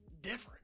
different